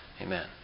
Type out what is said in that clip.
Amen